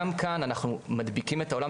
גם כאן אנחנו מדביקים את העולם,